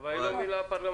אבל היא לא מילה פרלמנטרית.